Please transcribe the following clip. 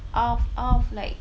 out of out of like